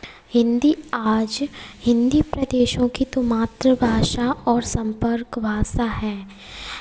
हिंदी आज हिंदी प्रदेशों की तो मातृभाषा और संपर्क भाषा है